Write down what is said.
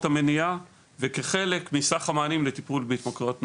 המניעה וכחלק מסך המענים לטיפול בהתמכרויות נוער.